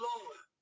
Lord